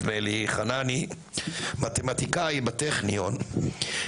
מתמטיקאי בטכניון,